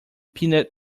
peanut